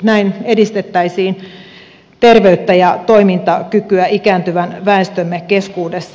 näin edistettäisiin terveyttä ja toimintakykyä ikääntyvän väestömme keskuudessa